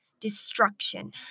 destruction